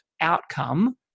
outcome